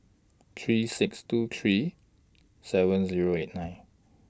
three six two three seven Zero eight nine